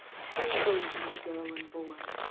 tenfold my girl and boy.